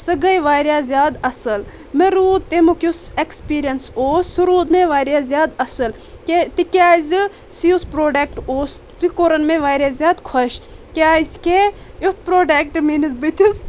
سۄ گٔے واریاہ زیادٕ اصل مےٚ روٗد تمیُک یُس اٮ۪کٕس پیرینٕس اوس سُہ دوٗد مےٚ واریاہ زیادٕ اصل کیا تِکیٛازِ سُہ یُس پروڈٮ۪کٹ اوس تہِ کوٚرُن مےٚ واریاہ زیادٕ خۄش کیٛازِ کہِ یُتھ پروڈٮ۪کٹ میٲنِس بٕتھِس